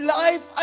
life